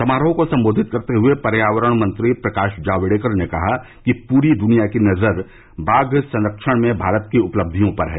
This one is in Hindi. समारोह को संबोधित करते हुए पर्यावरण मंत्री प्रकाश जावड़ेकर ने कहा कि पूरी दुनिया की नजर बाघ संरक्षण में भारत की उपलब्धियों पर है